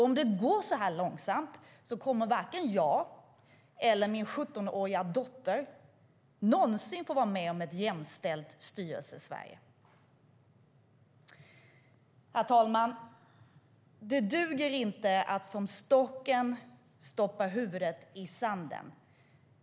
Om det går så här långsamt kommer varken jag eller min 17-åriga dotter någonsin att få vara med om ett jämställt Styrelsesverige. Herr talman! Det duger inte att som strutsen stoppa huvudet i sanden.